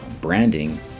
branding